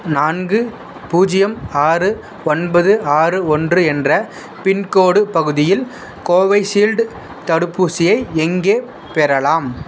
நான்கு பூஜ்ஜியம் ஆறு ஒன்பது ஆறு ஒன்று என்ற பின்கோட் பகுதியில் கோவைஷீல்டு தடுப்பூசியை எங்கே பெறலாம்